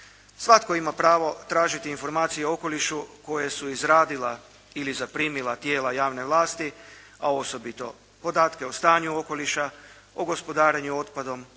Svatko ima pravo tražiti informacije o okolišu koje su izradila ili zaprimila tijela javne vlasti, a osobito podatke o stanju okoliša, o gospodarenju otpadom,